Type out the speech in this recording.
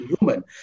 human